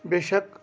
بیشک